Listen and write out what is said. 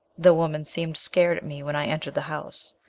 the woman seemed scared at me when i entered the house.